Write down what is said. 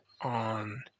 on